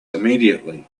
immediately